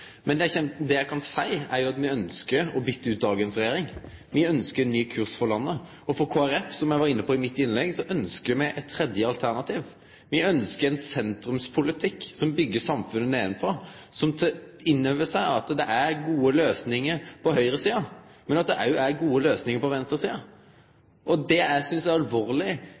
men å ta stilling til det no kjem me ikkje til å gjere. Det eg kan seia, er at me ønskjer å bytte ut dagens regjering. Me ønskjer ein ny kurs for landet, og Kristeleg Folkeparti, som eg var inne på i mitt innlegg, ønskjer eit tredje alternativ. Me ønskjer ein sentrumspolitikk som byggjer samfunnet nedanfrå, som tek inn over seg at det er gode løysingar på høgresida, men at det òg er gode løysingar på venstresida. Det eg synest er alvorleg